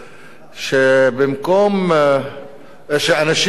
שאנשים מסוימים,